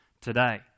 today